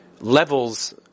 levels